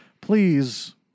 please